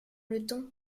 les